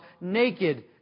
naked